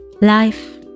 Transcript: Life